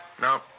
No